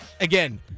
again